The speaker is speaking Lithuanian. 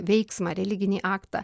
veiksmą religinį aktą